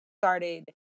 started